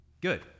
Good